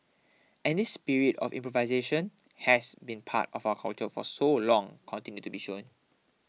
and this spirit of improvisation has been part of our culture for so long continue to be shown